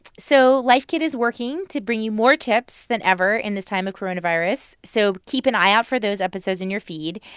so life kit is working to bring you more tips than ever in this time of coronavirus, so keep an eye out for those episodes in your feed.